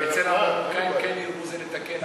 אצל המרוקאים "כן ירבו" זה לתקן,